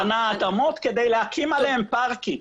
קנה אדמות כדי להקים עליהם פארקים.